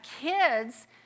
kids